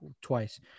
twice